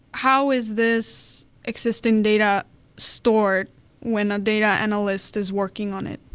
how is this existing data stored when a data analyst is working on it?